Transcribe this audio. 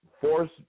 force